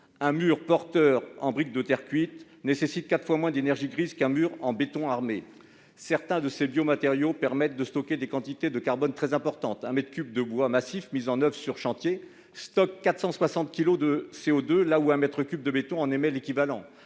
Un mur porteur en briques de terre cuite consomme quatre fois moins d'énergie grise qu'un mur en béton armé. Certains de ces biomatériaux permettent de stocker des quantités de carbone très importantes : un mètre cube de bois massif mis en oeuvre sur chantier stocke 460 kilogrammes de CO2, alors qu'un mètre cube de béton en émet l'équivalent